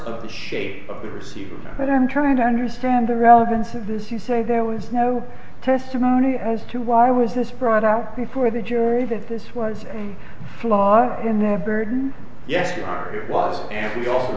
of the shape of the receiver but i'm trying to understand the relevance of this you say there was no testimony as to why was this brought out before the jury that this was a flaw in the burden yes it was and we al